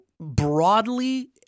broadly